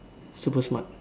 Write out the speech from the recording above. super smart